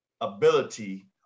ability